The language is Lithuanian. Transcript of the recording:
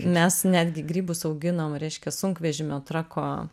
mes netgi grybus auginom reiškia sunkvežimio trako